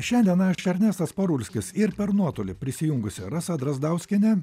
šiandien aš ernestas parulskis ir per nuotolį prisijungusi rasa drazdauskienė